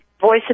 Voice